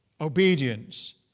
obedience